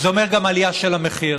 וזה אומר גם עלייה של המחיר.